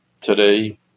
today